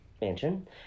mansion